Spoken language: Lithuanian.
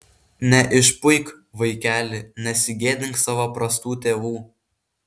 neišpuik vaikeli nesigėdink savo prastų tėvų